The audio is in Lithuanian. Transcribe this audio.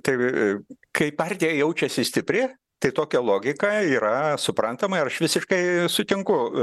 tai kai partija jaučiasi stipri tai tokia logika yra suprantama ir aš visiškai sutinku